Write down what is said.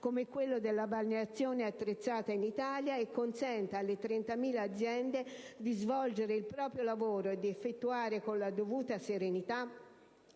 come quello della balneazione attrezzata in Italia e consenta alle 30.000 aziende di svolgere il proprio lavoro e di effettuare con la dovuta serenità